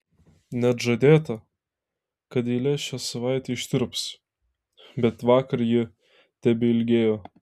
net žadėta kad eilė šią savaitę ištirps bet vakar ji tebeilgėjo